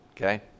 okay